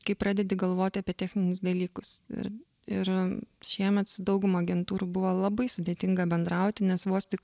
kai pradedi galvoti apie techninius dalykus ir ir šiemet su dauguma agentūrų buvo labai sudėtinga bendrauti nes vos tik